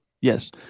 Yes